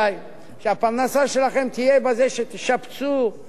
ותשגיחו, ותשמרו על הציוד שלכם,